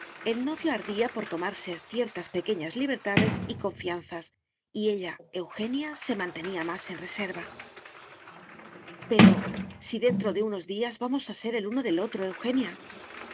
el novio ardía por tomarse ciertas pequeñas libertades y confianzas y ella eugenia se mantenía más en reserva pero si dentro de unos días vamos a ser el uno del otro eugenia